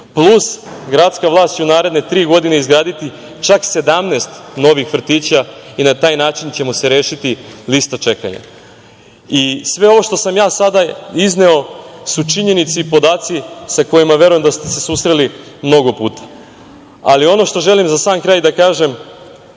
plus gradska vlast će u naredne tri godine izgraditi čak 17 novih vrtića, i na taj način ćemo se rešiti liste čekanja. Sve ovo što sam sada izneo su činjenice i podaci sa kojima verujem da ste se susreli mnogo puta, ali ono što želim za sam kraj da kažem